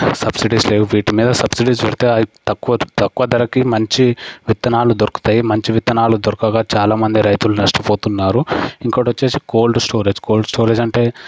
subsidies లేవు subsidies పెడితే వీటి మీద తక్కువ తక్కువ ధరకి మంచి విత్తనాలు దొరుకుతాయి మంచి విత్తనాలు దొరకక చాలా మంది రైతులు నష్టపోతున్నారు ఇంకొకటి వచ్చేసి కోల్డ్ స్టోరేజ్ కోల్డ్ స్టోరేజ్ అంటే